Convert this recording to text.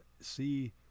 see –